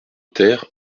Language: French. ter